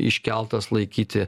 iškeltas laikyti